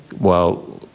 while,